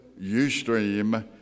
Ustream